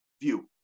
view